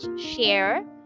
share